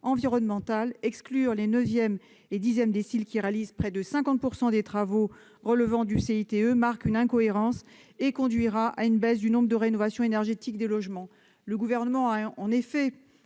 environnemental, exclure les neuvième et dixième déciles, qui réalisent près de 50 % des travaux relevant du CITE, marque une incohérence et conduira à une baisse du nombre de rénovations énergétiques des logements. Le Gouvernement, qui